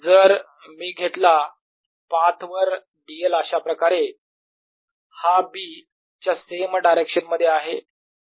जर मी घेतला पाथ वर dl अशाप्रकारे हा B च्या सेम डायरेक्शन मध्ये आहे